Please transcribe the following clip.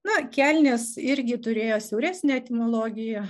na kelnės irgi turėjo siauresnę etimologiją